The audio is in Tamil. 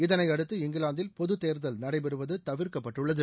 இதனையடுத்து இங்கிலாந்தில் பொது தேர்தல் நடைபெறுவது தவிர்க்கப்படடுள்ளது